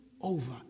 over